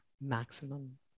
maximum